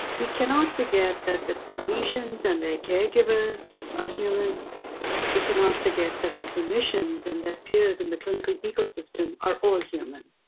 we cannot forget that the patients and their caregivers are ah human we cannot forget that the clinicians and their peers in the clinical ecosystem are all human.